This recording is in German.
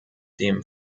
dem